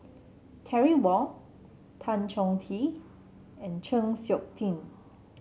Terry Wong Tan Chong Tee and Chng Seok Tin